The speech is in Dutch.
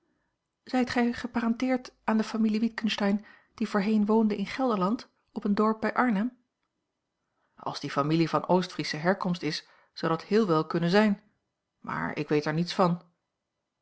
zijt gij geparenteerd aan de familie witgensteyn die voorheen woonde in gelderland op een dorp bij arnhem a l g bosboom-toussaint langs een omweg als die familie van oostfriesche herkomst is zou dat heel wel kunnen zijn maar ik weet er niets van